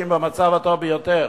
במצב הטוב ביותר,